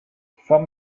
from